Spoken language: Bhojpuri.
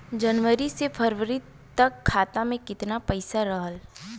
जनवरी से फरवरी तक खाता में कितना पईसा रहल?